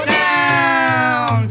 down